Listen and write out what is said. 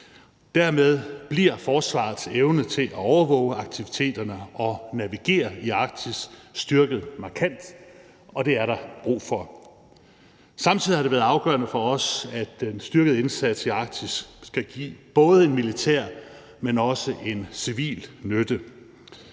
Dermed bliver forsvarets evne til at overvåge aktiviteterne og navigere i Arktis styrket markant, og det er der brug for. Samtidig har det været afgørende for os, at den styrkede indsats i Arktis skal give både en militær, men også en civil nytte.